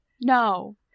No